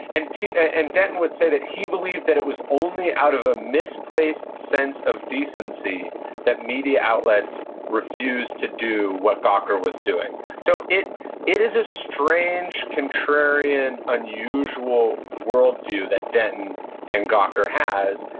and and denton would say that he believed that it was only out of a misplaced sense of decency that media outlets refuse to do what gawker was doing. so it it is a strange, contrarian, unusual worldview that denton and gawker has,